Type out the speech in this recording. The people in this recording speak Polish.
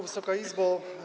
Wysoka Izbo!